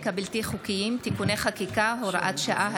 הבלתי-חוקיים (תיקוני חקיקה) (הוראת שעה),